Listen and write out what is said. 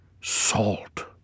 Salt